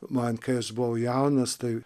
man kai aš buvau jaunas tai